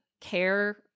care